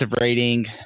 rating